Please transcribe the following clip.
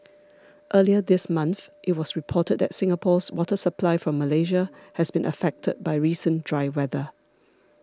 earlier this month it was reported that Singapore's water supply from Malaysia has been affected by recent dry weather